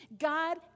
God